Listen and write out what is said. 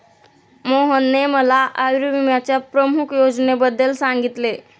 मोहनने मला आयुर्विम्याच्या प्रमुख योजनेबद्दल सांगितले